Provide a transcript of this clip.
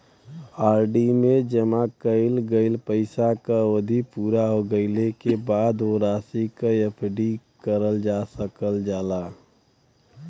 RD में जमा कइल गइल पइसा क अवधि पूरा हो गइले क बाद वो राशि क एफ.डी करल जा सकल जाला